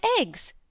eggs